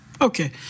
Okay